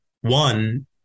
One